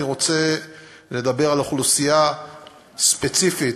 אני רוצה לדבר על אוכלוסייה ספציפית,